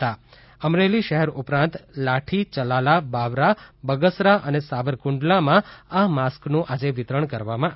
હતા અમરેલી શહેર ઉપરાંત લાઠી ચલાલા બાબરા બગસરા અને સાવરકુંડલામા આ માસ્કનુ આજે વિતરણ કરવામા આવયુ હતું